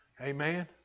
Amen